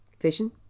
vision